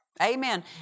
Amen